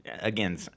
again